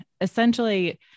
essentially